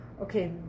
okay